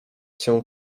się